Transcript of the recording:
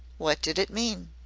what did it mean?